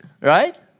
Right